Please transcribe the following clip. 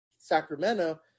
Sacramento